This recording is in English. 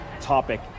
topic